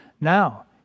now